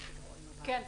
וזאן, 10:13) כן בבקשה.